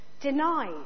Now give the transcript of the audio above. denied